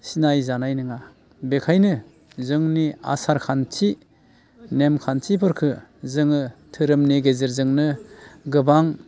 सिनाय जानाय नङा बेखायनो जोंनि आसार खान्थि नेम खान्थिफोरखो जोङो धोरोमनि गेजेरजोंनो गोबां